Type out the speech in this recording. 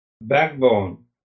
backbone